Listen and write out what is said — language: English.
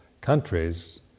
countries